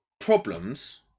problems